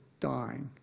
dying